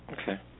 Okay